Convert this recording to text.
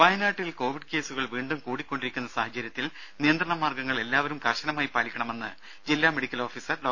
രും വയനാട്ടിൽ കോവിഡ് കേസുകൾ വീണ്ടും കൂടിക്കൊണ്ടിരിക്കുന്ന സാഹചര്യത്തിൽ നിയന്ത്രണ മാർഗങ്ങൾ എല്ലാവരും കർശനമായി പാലിക്കണമെന്ന് ജില്ലാ മെഡിക്കൽ ഓഫീസർ ഡോ